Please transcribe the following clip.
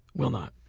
will not.